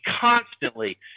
constantly